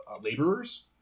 laborers